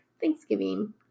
Thanksgiving